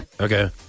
Okay